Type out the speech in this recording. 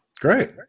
Great